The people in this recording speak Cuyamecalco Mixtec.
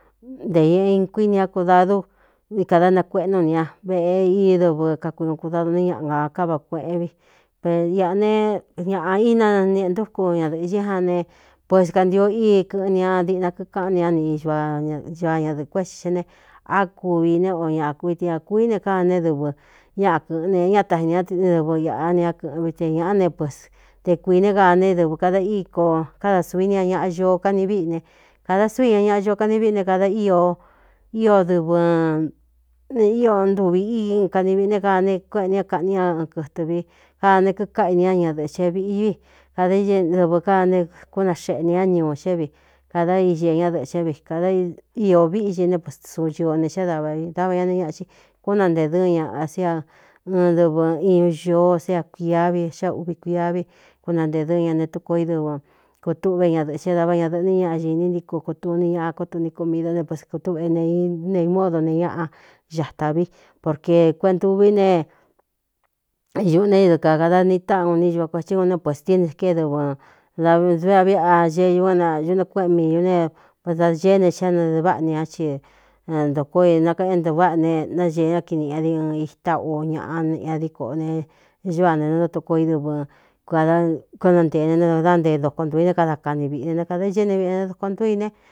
Ntē ñꞌn kuini a kudadú vi kāda nakueꞌ nu nī a veꞌe i dɨvɨ kakui ūu kudadu néé ñaꞌa nga kávāa kueꞌén vi iꞌa ne ñāꞌa inanieꞌe ntúku ñadɨ̄ꞌxɨ an ne pues kantio íi kɨꞌɨn ña diꞌna kíkáꞌán ni ñá niꞌiñañaa ñadɨ̄ꞌɨ̄ kuéti xe ne á kuvi ne o ñakuvite ñākuí ne ka né dɨvɨ ñaꞌa kɨ̄ꞌɨne ñataxi n ñá dɨvɨ iꞌa ne á kɨ̄ꞌɨn vite ñāꞌá ne pues te kuiīne kaa ne dɨvɨ kada í ko kada suv i ni ña ñaꞌa ñoo kani víꞌi ne kāda suu ña ñaꞌa ño kani víꞌi ne kāda ío dɨvɨ ne ío ntuvi ín kani viꞌi ne kaa ne kuéꞌeni ñá kaꞌni a n kɨtɨ vi kaa ne kikáꞌa inñá ñadɨ̄ꞌxe viꞌi vi kada dɨvɨ káa ne kúnaxeꞌ nī ñá ñuu xé vi kadá ixi é ñádɨ̄ꞌché vi kāda iō víꞌ xi ne pes suu ñūo ne xíé dava i dáva ña neé ñaꞌchi kúnantēe dɨ́ɨn ñaa sa ɨn dɨvɨ iñu ñoo sé a kuiá vi xá uꞌvi kui vi kúnantee dɨɨn ña ne tuko í dɨvɨ kuūtuꞌvé ñadɨ̄ꞌchɨ davá ñadɨ̄ꞌɨ ní́ ñaꞌ ñiní ntíku kutuni ñaꞌa kotuni ku mii do ne peskūtuꞌv ne nei módo ne ñaꞌa xatā vi porke kueꞌnduví ne ñuꞌu né i dɨkā kada niꞌ táꞌa u ni ñuva kuētɨ un ne puēsti ni kée dɨvɨ da ve a viꞌa ñeñu nañúꞌno kuéꞌen miiu ne da ñéé ne xá naɨváꞌa ni ñá ci ntoko inakuéꞌén ntuváꞌa ne nañee ña kiniꞌi ñadi ɨn itá o ñaꞌa ñadí koꞌo ne ño ā ne nantotuko i dɨvɨ kkādakonantēē ne na dnantee dokontūu i né kada kani viꞌi ne ne kāda iꞌee ne veꞌe ne doko ntúu i ne.